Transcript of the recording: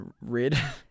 Red